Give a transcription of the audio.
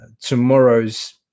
tomorrow's